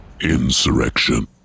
Insurrection